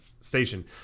station